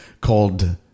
called